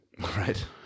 Right